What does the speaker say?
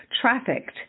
Trafficked